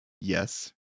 Yes